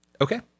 Okay